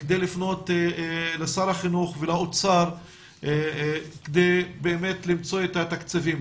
כדי לפנות לשר החינוך ולאוצר כדי למצוא את התקציבים.